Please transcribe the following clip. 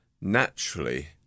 naturally